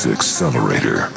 Accelerator